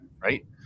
right